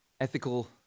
ethical